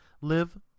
Live